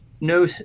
no